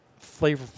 flavorful